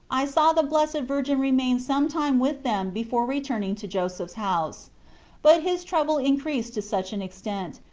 i saw the blessed virgin remain some time with them before returning to joseph s house but his trouble increased to such an extent,